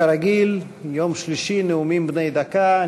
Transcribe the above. כרגיל ביום שלישי, נאומים בני דקה.